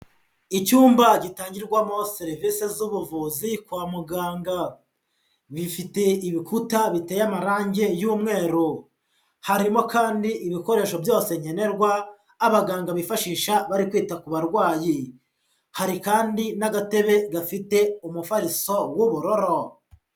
icyumba gitangirwamo serivisi z'ubuvuzi kwa muganga, bifite ibikuta biteye amarangi y'umweru, harimo kandi ibikoresho bya nkenenerwa abaganga bifashisha bari kwita ku barwayi, hari kandi n'agatebe gafite umufariso wubururu.